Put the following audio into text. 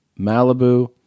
Malibu